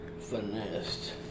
Finesse